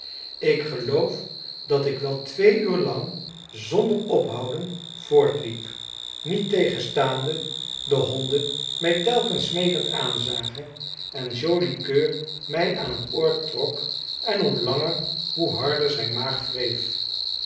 ik geloof dat ik wel twee uur lang zonder ophouden voortliep niettegenstaande de honden mij telkens smeekend aanzagen en joli coeur mij aan het oor trok en hoe langer hoe harder zijn maag wreef